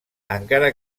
encara